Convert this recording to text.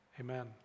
amen